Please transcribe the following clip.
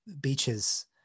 beaches